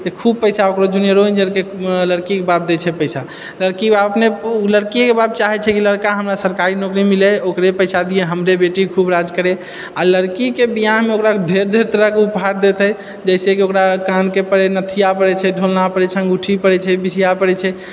जे खूब पैसा ओकरो जूनियरो इंजीनियरके लड़कीके बाप दए छै पैसा लड़कीके बाप अपने ओ लड़कियेके बाप चाहैत छै कि लड़का हमरा सरकारी नौकरी मिलए ओकरे पैसा दियै हमरे बेटी खूब राज करए आ लड़कीके बियाहमे ओकरा ढ़ेर ढ़ेर तरहकेँ ऊपहार देतै जैसेकी ओकरा कानके पड़ैत छै नथिया पड़ैत छै ढ़ोलना पड़ैत छै अंगूठी पड़ैत छै बिछिया पड़ैत छै